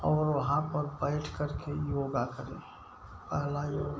और वहाँ पर बैठकर के योगा करें पहला योगा